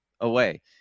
away